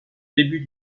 début